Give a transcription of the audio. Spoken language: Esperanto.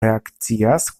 reakcias